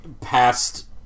past